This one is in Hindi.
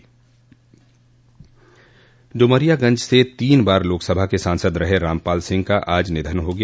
ड़मरियागंज से तीन बार लोकसभा के सांसद रहे रामपाल सिंह का आज निधन हो गया